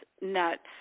nuts